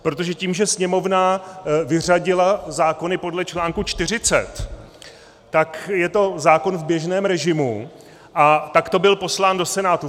Protože tím, že Sněmovna vyřadila zákony podle článku 40, tak je to zákon v běžném režimu a takto byl poslán do Senátu.